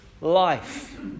life